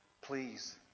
Please